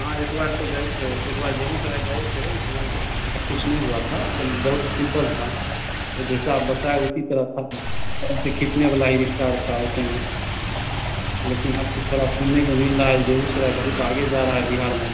हाँ एक बार तो गए थे एक बार बेगूसराय गए थे उस समय उतना कुछ नहीं हुआ था तो बहुत सिंपल था वो जैसा आप बताए उसी तरह था वो से खींचने वाला ही रिक्शा था उस समय लेकिन अब तो थोड़ा सुनने को मिल रहा है जे बेगूसराय बहुत आगे जा रहा है बिहार में